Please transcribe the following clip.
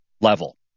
level